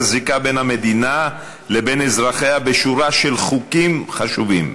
הזיקה בין המדינה לבין אזרחיה בשורה של חוקים חשובים,